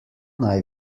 naj